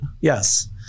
Yes